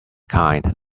kind